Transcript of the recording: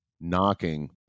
knocking